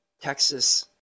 Texas